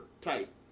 type